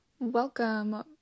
Welcome